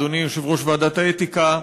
אדוני יושב-ראש ועדת האתיקה,